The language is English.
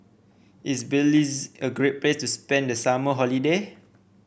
is Belize a great place to spend the summer holiday